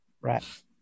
Right